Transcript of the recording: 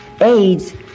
AIDS